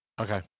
Okay